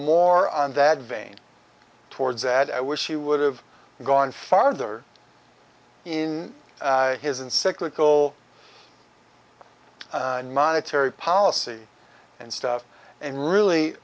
more on that vein towards that i wish he would have gone farther in his and cyclical and monetary policy and stuff and really